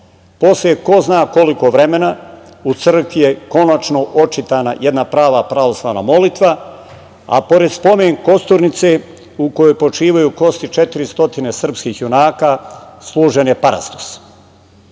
Posle ko zna koliko vremena u crkvi je konačno očitana jedna prava pravoslavna molitva, a pored Spomen-kosturnice u kojoj počivaju kosti četiri stotine srpskih junaka služen je parastos. Koliko